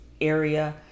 area